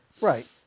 Right